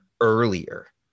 earlier